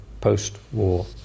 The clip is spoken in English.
post-war